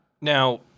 Now